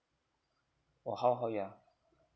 or how how yeah